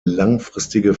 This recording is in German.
langfristige